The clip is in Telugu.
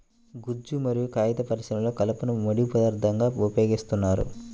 గుజ్జు మరియు కాగిత పరిశ్రమలో కలపను ముడి పదార్థంగా ఉపయోగిస్తున్నారు